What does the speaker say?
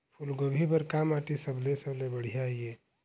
फूलगोभी बर का माटी सबले सबले बढ़िया ये?